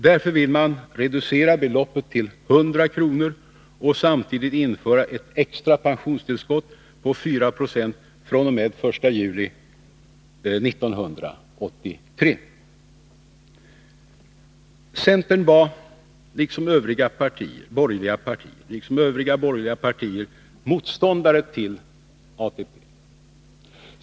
Därför vill man reducera beloppet till 100 kr. och samtidigt införa ett extra pensionstillskott på 4 96 fr.o.m. den 1 juli 1983. Centern var, liksom de övriga borgerliga partierna, motståndare till ATP.